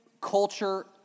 culture